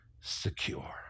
secure